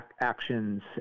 actions